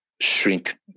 Shrink